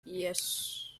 yes